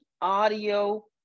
audio